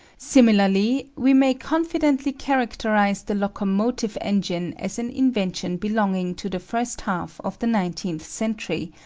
similarly we may confidently characterise the locomotive engine as an invention belonging to the first half of the nineteenth century,